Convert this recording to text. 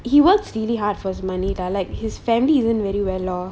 he works really hard for his money ah like his family isn't very well off